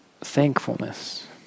thankfulness